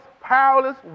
powerless